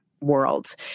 world